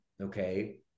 okay